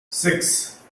six